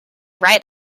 right